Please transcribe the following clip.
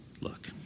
Look